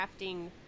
crafting